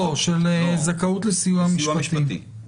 לא, זכאות לסיוע משפטי.